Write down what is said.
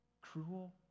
cruel